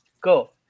go